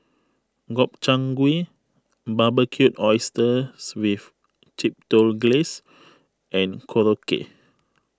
Gobchang Gui Barbecued Oysters with Chipotle Glaze and Korokke